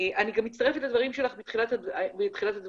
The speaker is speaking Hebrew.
אני גם מצטרפת לתחילת דבריך,